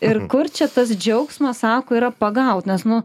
ir kur čia tas džiaugsmas sako yra pagaut nes nu